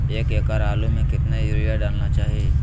एक एकड़ आलु में कितना युरिया डालना चाहिए?